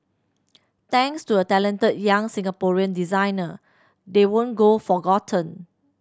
thanks to a talented young Singaporean designer they won't go forgotten